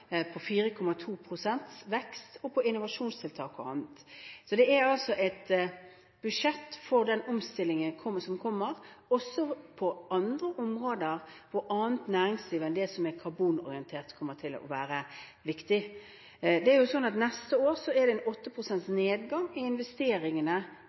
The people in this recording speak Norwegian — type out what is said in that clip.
på 4,2 pst. vekst, og på innovasjonstiltak og annet. Det er altså et budsjett for den omstillingen som kommer også på andre områder, i annet næringsliv enn det som er karbonorientert, som kommer til å være viktig. Det er sånn at neste år er det